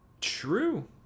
True